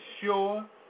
sure